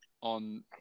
on